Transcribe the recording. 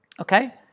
Okay